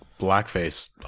blackface